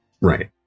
right